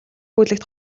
бүлэгт